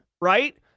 right